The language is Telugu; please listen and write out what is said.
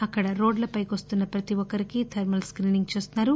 అక్కడ రోడ్లపైకి వస్తున్న ప్రతి ఒక్కరికి థర్మల్ స్కీనింగ్ చేస్తున్నారు